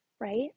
right